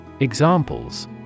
Examples